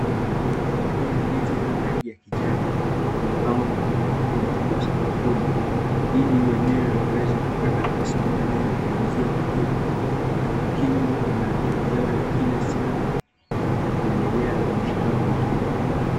Mikungu hii ndizi yenye rangi ya kijani, imepangwa kwa utaratibu mkubwa sakafuni, ili wenyewe waweze kupata pesa baada ya kuuzia wateja, na kimu mahitaji yao ya kila siku na kuendelea na maisha yao vizuri.